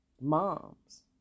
moms